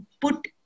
put